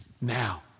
Now